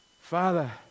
Father